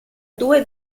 due